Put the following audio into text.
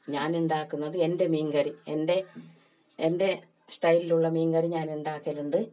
ഞാൻ ഉണ്ടാക്കുന്നത് എൻ്റെ മീൻ കറി എൻ്റെ എൻ്റെ സ്റ്റൈലിലുള്ള മീൻ കറി ഞാൻ ഉണ്ടാക്കലുണ്ട്